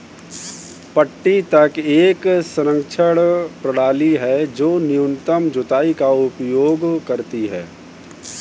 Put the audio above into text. पट्टी तक एक संरक्षण प्रणाली है जो न्यूनतम जुताई का उपयोग करती है